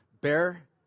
Bear